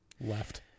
left